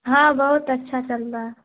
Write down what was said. ہاں بہت اچھا چل رہا ہے